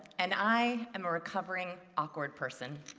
and i am a recovering awkward person.